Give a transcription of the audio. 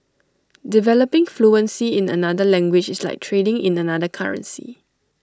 developing fluency in another language is like trading in another currency